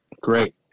Great